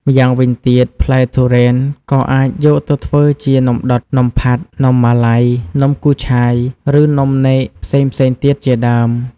ម្យ៉ាងវិញទៀតផ្លែទុរេនក៏អាចយកទៅធ្វើជានំដុត នំផាត់ នំម៉ាឡៃ នំគូឆាយ ឬនំនែកផ្សេងៗទៀតជាដើម។